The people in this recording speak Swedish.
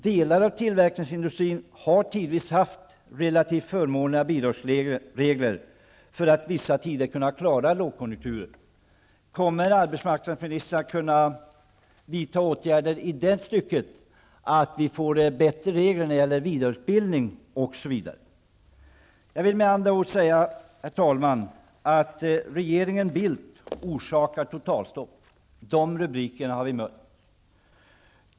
Delar av tillverkningsindustrin har tidvis haft relativt förmånliga bidragsregler för att vissa tider klara lågkonjunkturer. Kommer arbetsmarknadsministern att kunna vidta åtgärder i det stycket, så att vi får bättre regler när det gäller vidareutbildning osv. Herr talman! Jag vill med det anförda säga att regeringen Bildt orsakar totalstopp. Rubriker av den innebörden har vi mött.